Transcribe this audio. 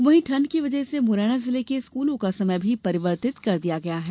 वहीं ठंड की वजह से मुरैना जिले के स्कूलों का समय परिवर्तित किया गया है